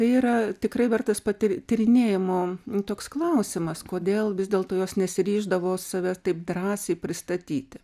tai yra tikrai vertas pati tyrinėjimo toks klausimas kodėl vis dėlto jos nesiryždavo savęs taip drąsiai pristatyti